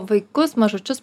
vaikus mažučius